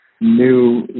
new